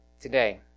today